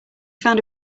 found